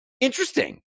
Interesting